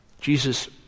Jesus